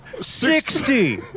Sixty